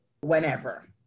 whenever